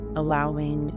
allowing